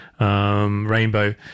rainbow